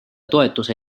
toetuse